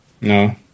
No